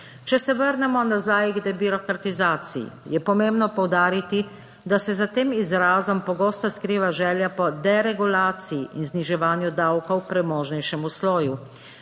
Če se vrnemo nazaj k debirokratizaciji je pomembno poudariti, da se za tem izrazom pogosto skriva želja po deregulaciji in zniževanju davkov premožnejšemu sloju.